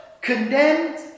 condemned